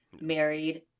married